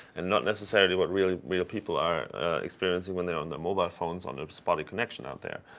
and not necessarily what real real people are experiencing when they're on their mobile phones, on their spotty connection out there.